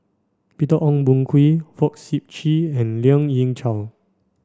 Peter Ong Boon Kwee Fong Sip Chee and Lien Ying Chow